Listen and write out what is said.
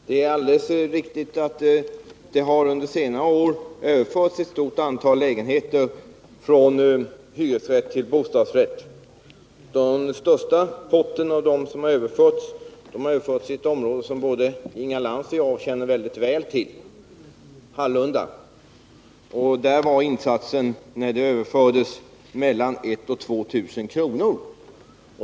Herr talman! Det är alldeles riktigt att det under senare år har överförts ett stort antal lägenheter från hyresrätt till bostadsrätt. Den största potten av dessa har överförts i ett område som både Inga Lantz och jag känner mycket väl till, nämligen Hallunda. Där låg insatsen vid överförandet på mellan 1 000 och 2 000 kr.